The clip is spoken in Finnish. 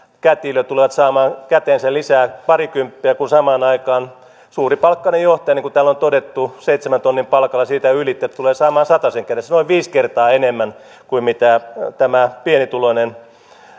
kätilö tulevat saamaan käteensä lisää parikymppiä kun samaan aikaan suuripalkkainen johtaja niin kuin täällä on todettu seitsemän tonnin palkalla ja siitä ylitse tulee saamaan noin satasen käteensä noin viisi kertaa enemmän kuin tämä pienituloinen